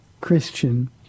Christian